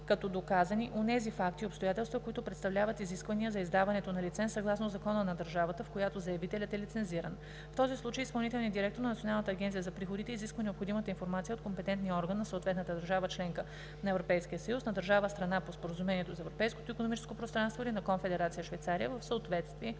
като доказани онези факти и обстоятелства, които представляват изисквания за издаването на лиценз съгласно закона на държавата, в която заявителят е лицензиран. В този случай изпълнителният директор на Националната агенция за приходите изисква необходимата информация от компетентния орган на съответната държава – членка на Европейския съюз, на държава – страна по Споразумението за Европейското икономическо пространство, или на Конфедерация Швейцария в съответствие